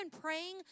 praying